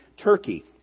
Turkey